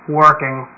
working